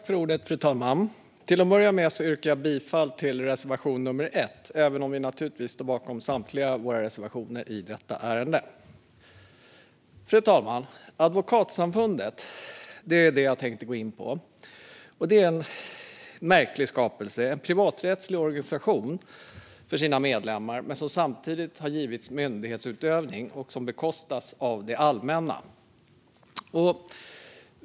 Fru talman! Till att börja med yrkar jag bifall till reservation nummer 1. Vi står naturligtvis bakom samtliga våra reservationer i detta ärende. Fru talman! Jag tänkte gå in på Advokatsamfundet. Det är en märklig skapelse. Det är en privaträttslig organisation med medlemmar. Samtidigt sker där myndighetsutövning som bekostas av det allmänna.